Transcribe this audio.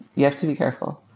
you have to be careful.